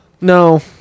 No